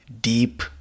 deep